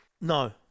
No